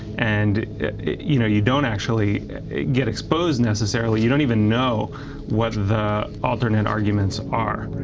and you know you don't actually get exposed necessarily, you don't even know what the alternate arguments are.